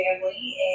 family